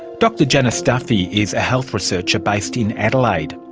dr janice duffy is a health researcher based in adelaide.